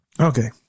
Okay